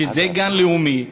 שזה גן לאומי,